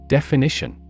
Definition